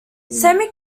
semi